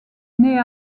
naît